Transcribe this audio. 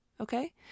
Okay